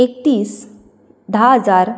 एकतीस धा हजार